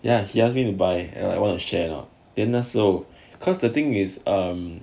ya he ask me to buy like wanna share ah then 那时候 cause the thing is um